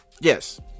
Yes